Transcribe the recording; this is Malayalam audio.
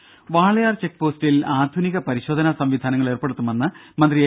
രംഭ വാളയാർ ചെക്ക് പോസ്റ്റിൽ ആധുനിക പരിശോധന സംവിധാനങ്ങൾ ഏർപ്പെടുത്തുമെന്നു മന്ത്രി എ